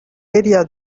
area